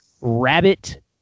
rabbit